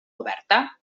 oberta